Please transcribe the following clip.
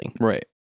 Right